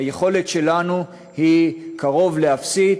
היכולת שלנו היא קרוב לאפסית.